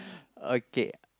okay